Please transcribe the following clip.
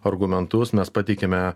argumentus mes pateikėme